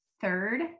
third